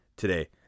today